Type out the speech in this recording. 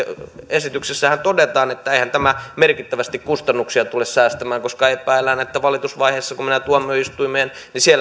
esityksessähän todetaan että eihän tämä merkittävästi kustannuksia tule säästämään koska epäillään että valitusvaiheessa kun mennään tuomioistuimeen